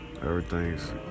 Everything's